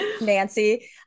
nancy